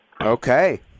Okay